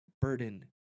burden